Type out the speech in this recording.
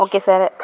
okay sir